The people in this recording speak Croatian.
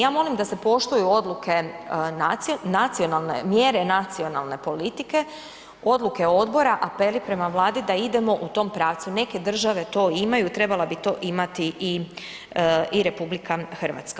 Ja molim da se poštuju odluke nacionalne mjere, nacionalne politike, odluke odbora, apeli prema Vladi da idemo u tom pravcu, neke države to imaju, trebala bi to imati i, i RH.